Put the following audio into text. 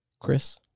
Chris